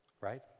Right